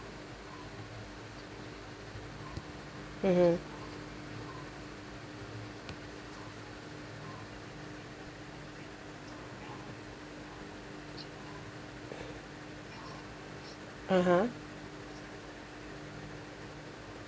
mmhmm (uh huh)